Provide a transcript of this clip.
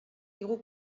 digu